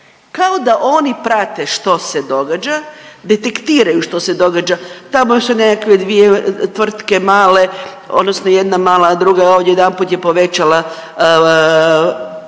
kao da oni prate što se događa, detektiraju što se događa. Tamo su nekakve dvije tvrtke male odnosno jedna mala, a druga je ovdje odjedanput je povećala